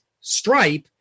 stripe